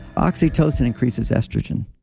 oxytocin increases estrogen.